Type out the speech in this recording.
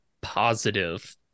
positive